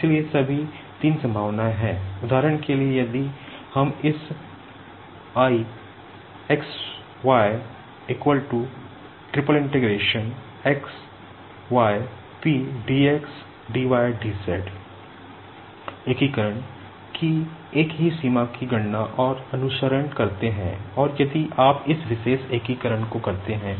इसलिए सभी 3 संभावनाएं हैं उदाहरण के लिए यदि हम इस इंटीग्रेशन को करते हैं